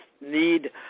need